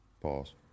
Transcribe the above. Pause